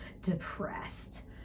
depressed